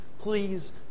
Please